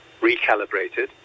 recalibrated